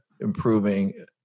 improving